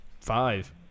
five